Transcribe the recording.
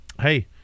Hey